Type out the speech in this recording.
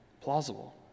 plausible